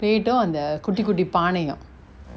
pleat uh அந்த குட்டி குட்டி பாணயு:antha kutty kutty paanayu